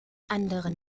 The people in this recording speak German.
anderen